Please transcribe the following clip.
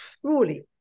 truly